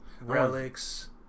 Relics